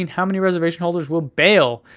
how many reservation holders will bail?